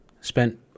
spent